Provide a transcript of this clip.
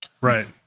Right